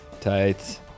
Tight